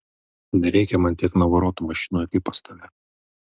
nereikia man tiek navarotų mašinoj kaip pas tave